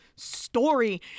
story